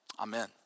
Amen